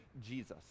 jesus